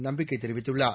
நம்பிக்கை தெரிவித்துள்ளார்